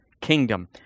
kingdom